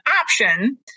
option